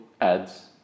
ads